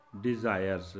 desires